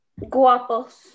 Guapos